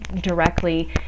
Directly